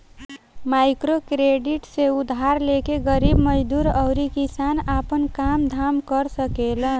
microcredit से उधार लेके गरीब मजदूर अउरी किसान आपन काम धाम कर सकेलन